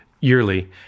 yearly